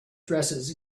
dresses